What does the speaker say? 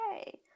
okay